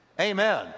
Amen